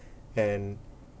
and